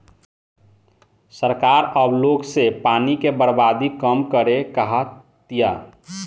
सरकार अब लोग से पानी के बर्बादी कम करे के कहा तिया